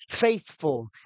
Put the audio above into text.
faithful